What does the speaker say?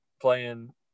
playing